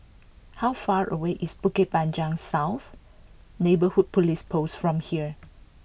how far away is Bukit Panjang South Neighbourhood Police Post from here